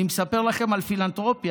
אני מספר לכם על פילנתרופיה,